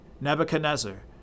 Nebuchadnezzar